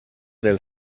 del